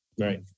Right